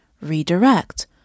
redirect